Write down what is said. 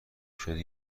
شدی